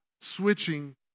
switching